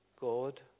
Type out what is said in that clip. God